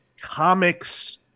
comics